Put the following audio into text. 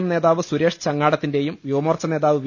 M നേതാവ് സുരേഷ് ചങ്ങാടത്തിന്റെയും യുവമോർച്ച നേതാവ് വി